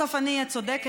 בסוף אני אהיה הצודקת,